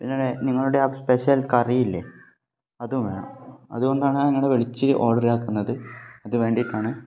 പിന്നെ നിങ്ങളുടെ ആ സ്പെഷ്യൽ കറി ഇല്ലേ അതും വേണം അതുകൊണ്ടാണ് നിങ്ങളെ വിളിച്ച് ഓർഡർ ആക്കുന്നത് അതു വേണ്ടിയിട്ടാണ്